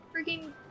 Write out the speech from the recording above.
freaking